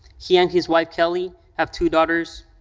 he and his wife, kelly, have two daughters,